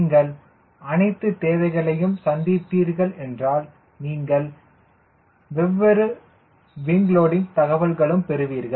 நீங்கள் அனைத்து தேவைகளையும் சந்தித்தீர்கள் என்றால் நீங்கள் வெவ்வேறு விங் லோடிங் தகவல்களும் பெறுவீர்கள்